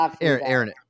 Aaron